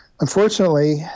unfortunately